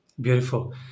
Beautiful